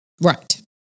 Right